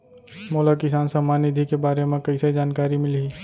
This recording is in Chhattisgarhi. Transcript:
मोला किसान सम्मान निधि के बारे म कइसे जानकारी मिलही?